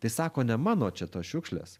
tai sako ne mano čia tos šiukšlės